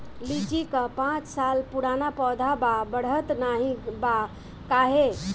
लीची क पांच साल पुराना पौधा बा बढ़त नाहीं बा काहे?